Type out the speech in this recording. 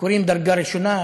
ביקורים בדרגה ראשונה,